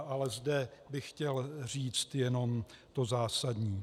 Ale zde bych chtěl říct jenom to zásadní.